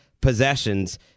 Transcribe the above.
possessions